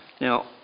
Now